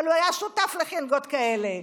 אבל הוא היה שותף לחנגות כאלה.